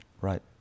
Right